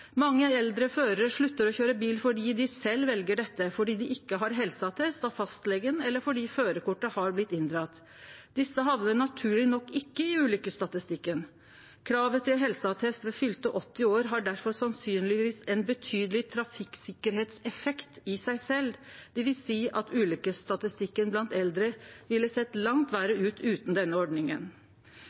Mange eldre førere slutter å kjøre bil fordi de selv velger dette, fordi de ikke har helseattest fra fastlegen, eller fordi førerkortet er blitt inndratt. Disse havner naturlig nok ikke i ulykkesstatistikken. Kravet til helseattest ved fylte 80 år har derfor sannsynligvis en betydelig trafikksikkerhetseffekt i seg selv, dvs. at ulykkesstatistikken blant eldre ville sett langt verre ut uten denne ordningen.